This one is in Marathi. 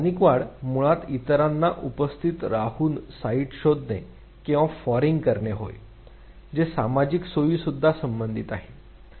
स्थानिक वाढ मुळात इतरांना उपस्थित राहून साइट शोधणे किंवा फॉरिंग करणे होय जे सामाजिक सोयीसुद्धा संबंधित आहे